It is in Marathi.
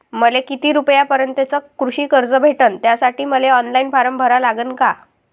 मले किती रूपयापर्यंतचं कृषी कर्ज भेटन, त्यासाठी मले ऑनलाईन फारम भरा लागन का?